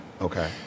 Okay